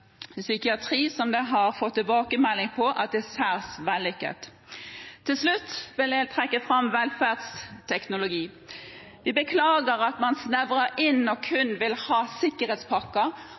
psykiatri, noe vi har fått tilbakemelding på at er særs vellykket. Til slutt vil jeg trekke fram velferdsteknologi. Vi beklager at man snevrer inn og kun vil ha sikkerhetspakker,